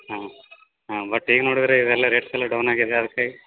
ಹಾಂ ಹಾಂ ಬಟ್ ಈಗ ನೋಡಿದ್ರೆ ಇವೆಲ್ಲ ರೇಟ್ಸ್ ಎಲ್ಲ ಡೌನ್ ಆಗಿದೆ ಅದಕ್ಕೆ